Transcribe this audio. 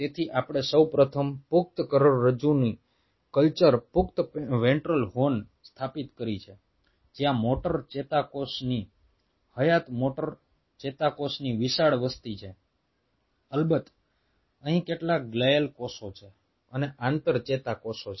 તેથી આપણે સૌપ્રથમ પુખ્ત કરોડરજ્જુની કલ્ચર પુખ્ત વેન્ટ્રલ હોર્ન સ્થાપિત કરી છે જ્યાં મોટર ચેતાકોષની હયાત મોટર ચેતાકોષની વિશાળ વસ્તી છે અલબત્ત અહીં કેટલાક ગ્લિઅલ કોષો છે અને આંતર ચેતાકોષો છે